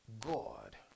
God